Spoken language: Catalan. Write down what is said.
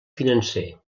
financer